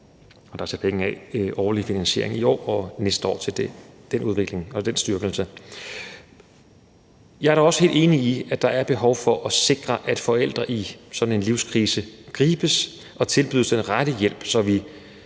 penge af til en årlig finansiering af det i år og næste år, altså til den udvikling og den styrkelse. Jeg er dog også helt enig i, at der er behov for at sikre, at forældre i sådan en livskrise gribes og tilbydes den rette hjælp. Så vi